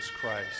Christ